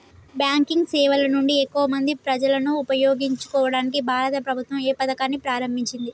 Banking సేవల నుండి ఎక్కువ మంది ప్రజలను ఉపయోగించుకోవడానికి భారత ప్రభుత్వం ఏ పథకాన్ని ప్రారంభించింది?